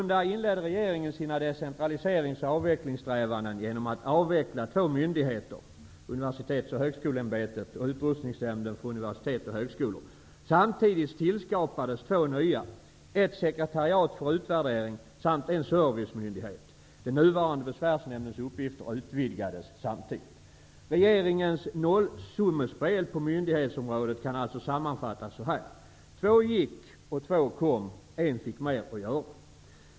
Regeringen inledde sina decentraliserings och avvecklingssträvanden genom att avveckla två myndigheter, nämligen Universitets och högskoleämbetet, UHÄ, och Utrustningsnämnden för universitet och högskolor, UUH. Samtidigt tillskapades två nya, nämligen ett sekretariat för utvärdering samt en servicemyndighet. Den nuvarande besvärsnämndens uppgifter utvidgades samtidigt. Regeringens nollsummespel på myndighetsområdet kan sammanfattas så här: Två gick och två kom, och en fick mer att göra.